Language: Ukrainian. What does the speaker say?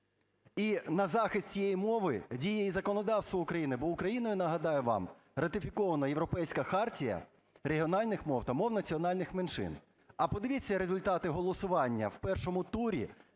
і на захист цієї мови діє і законодавство України. Бо Україною, нагадаю вам, ратифікована Європейська хартія регіональних мов та мов національних меншин. А подивіться результати голосування в першому турі,